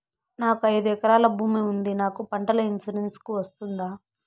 నాకు ఐదు ఎకరాల భూమి ఉంది నాకు పంటల ఇన్సూరెన్సుకు వస్తుందా?